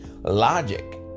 Logic